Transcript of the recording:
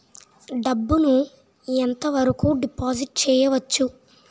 డబ్బు ను ఎంత వరకు డిపాజిట్ చేయవచ్చు?